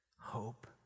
hope